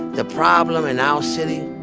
the problem in our city?